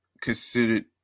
considered